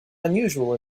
unusual